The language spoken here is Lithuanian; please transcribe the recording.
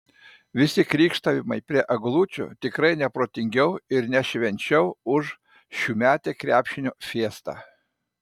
visi krykštavimai prie eglučių tikrai ne protingiau ir ne švenčiau už šiųmetę krepšinio fiestą